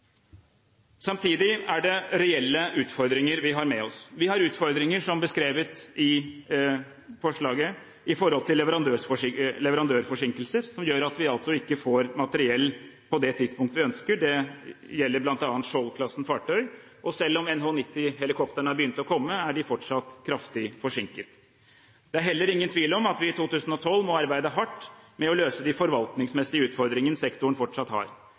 Samtidig er det reelle utfordringer vi har med oss. Vi har utfordringer, som beskrevet i forslaget, i forhold til leverandørforsinkelser, som gjør at vi ikke får materiell på det tidspunkt vi ønsker. Det gjelder bl.a. Skjold-klasse fartøy. Og selv om NH-90-helikoptrene har begynt å komme, er de fortsatt kraftig forsinket. Det er heller ingen tvil om at vi i 2012 må arbeide hardt med å løse de forvaltningsmessige utfordringene sektoren fortsatt har.